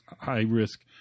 high-risk